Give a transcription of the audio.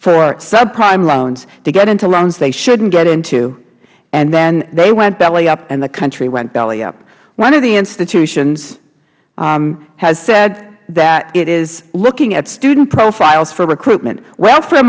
for subprime loans to get into loans they shouldn't get into and then they went belly up and the country went belly up one of the institutions has said that it is looking at student profiles for recruitment welfare